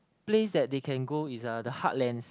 place that they can go is ah the heartlands